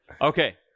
Okay